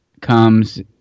comes